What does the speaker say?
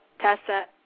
Tessa